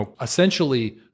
essentially